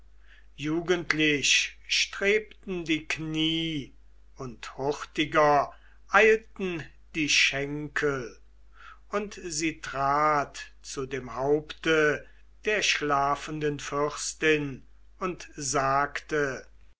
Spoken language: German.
jugendlich strebten die knie und hurtiger eilten die schenkel und sie trat zu dem haupte der schlafenden fürstin und sagte